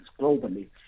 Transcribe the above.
globally